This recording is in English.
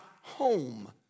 home